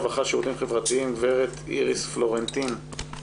הרווחה והשירותים החברתיים גב' איריס פלורנטין,